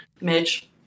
Mitch